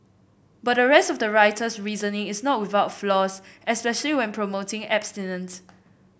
but the rest of the writer's reasoning is not without flaws especially when promoting abstinence